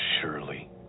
surely